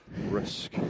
Risk